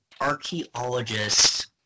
Archaeologists